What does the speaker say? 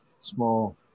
small